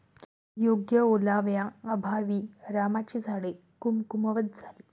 योग्य ओलाव्याअभावी रामाची झाडे कमकुवत झाली